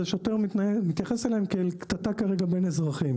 אז השוטר מתייחס אליהם כאל קטטה בין אזרחים.